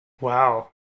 Wow